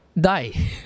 die